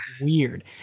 weird